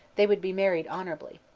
they would be married honorably.